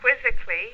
quizzically